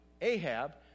Ahab